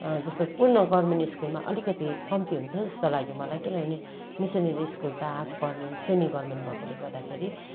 जस्तो पूर्ण गभर्नमेन्ट स्कुलमा अलिकति कम्ती हुन्छ जस्तो लाग्यो मलाई किनभने मिसनरी स्कुल त हाफ् गभर्नमेन्ट सेमि गभर्नमेन्ट भएकोले गर्दाखेरि